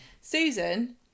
Susan